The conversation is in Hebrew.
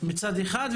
מצד אחד,